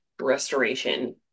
restoration